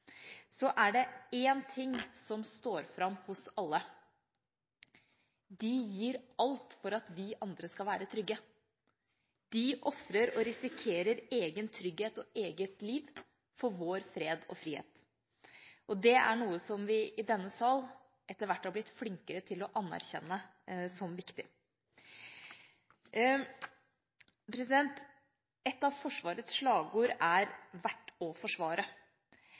så mye i tjeneste for Norge, eller vi besøker KNM «Fridtjof Nansen», som nå har tatt plass i Adenbukta igjen, er det én ting som står fram hos alle: De gir alt for at vi andre skal være trygge. De ofrer og risikerer egen trygghet og eget liv for vår fred og frihet. Det er noe som vi i denne sal etter hvert har blitt flinkere til å anerkjenne som viktig. Et